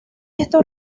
estos